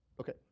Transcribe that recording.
Okay